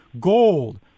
Gold